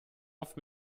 oft